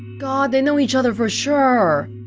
god, they know each other for sure